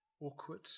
awkward